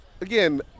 again